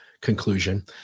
conclusion